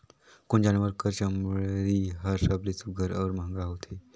कोन जानवर कर चमड़ी हर सबले सुघ्घर और महंगा होथे?